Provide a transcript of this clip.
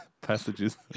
passages